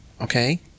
okay